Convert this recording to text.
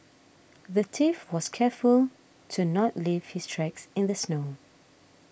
the thief was careful to not leave his tracks in the snow